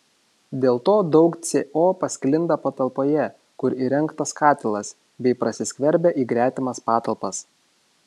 dėl to daug co pasklinda patalpoje kur įrengtas katilas bei prasiskverbia į gretimas patalpas